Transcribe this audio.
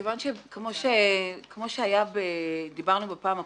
כפי שדיברנו בישיבה הקודמת,